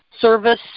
service